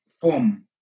form